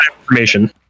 information